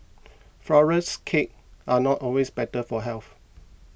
Flourless Cakes are not always better for health